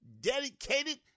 dedicated